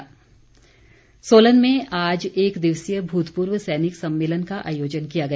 सुम्मेलन सोलन में आज एक दिवसीय भूतपूर्व सैनिक सम्मेलन का आयोजन किया गया